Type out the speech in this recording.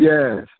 Yes